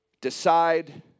decide